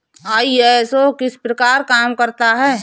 ISO किस प्रकार काम करता है